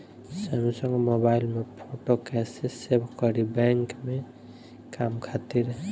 Samsung mobile में photo कैसे save करीं बैंक के काम खातिर?